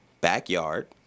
Backyard